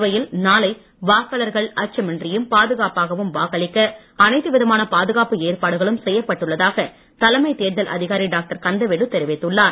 புதுவையில் நாளை வாக்காளர்கள் அச்சமின்றியும் பாதுகாப்பாகவும் வாக்களிக்க அனைத்து விதமான பாதுகாப்பு ஏற்பாடுகளும் செய்யப்பட்டுள்ளதாக தலைமைத் தேர்தல் அதிகாரி டாக்டர் கந்தவேலு தெரிவித்துள்ளார்